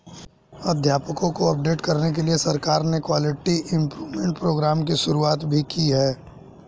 अध्यापकों को अपडेट करने के लिए सरकार ने क्वालिटी इम्प्रूव्मन्ट प्रोग्राम की शुरुआत भी की है